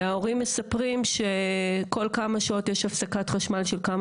וההורים מספרים שכל כמה שעות יש הפסקת חשמל של כמה